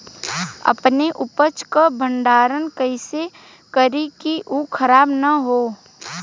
अपने उपज क भंडारन कइसे करीं कि उ खराब न हो?